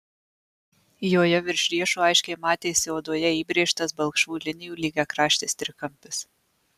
joje virš riešo aiškiai matėsi odoje įbrėžtas balkšvų linijų lygiakraštis trikampis